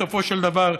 בסופו של דבר,